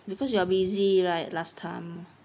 because you are busy right last time